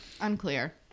Unclear